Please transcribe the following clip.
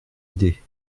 idée